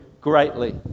greatly